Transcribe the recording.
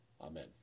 Amen